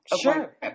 Sure